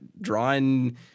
drawing